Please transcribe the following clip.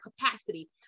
capacity